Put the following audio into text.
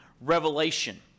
revelation